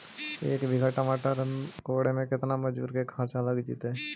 एक बिघा टमाटर कोड़े मे केतना मजुर के खर्चा लग जितै?